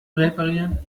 reparieren